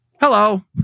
Hello